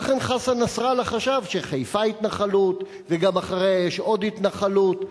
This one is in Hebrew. ואכן חסן נסראללה חשב שחיפה היא התנחלות וגם אחריה יש עוד התנחלות.